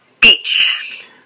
Beach